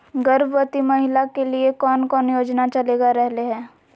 गर्भवती महिला के लिए कौन कौन योजना चलेगा रहले है?